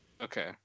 Okay